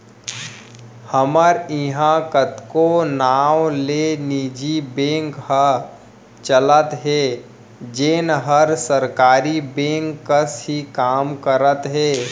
हमर इहॉं कतको नांव ले निजी बेंक ह चलत हे जेन हर सरकारी बेंक कस ही काम करत हे